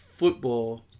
football